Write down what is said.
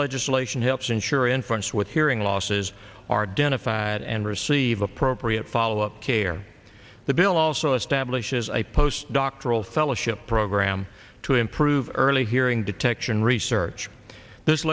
legislation helps ensure inference with hearing losses are down a five and receive appropriate follow up care the bill also establishes a post doctoral fellowship program to improve early hearing detection research there's